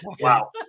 Wow